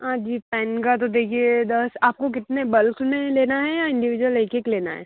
हाँ जी पेन का तो देखिए दस आपको कितने बल्ब में लेना है या इंडिविजुअल एक एक लेना है